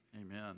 amen